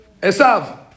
Esav